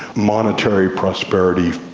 monetary prosperity,